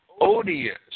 odious